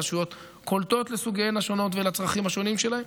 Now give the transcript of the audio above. הן רשויות קולטות לסוגיהן השונים ולצרכים השונים שלהן,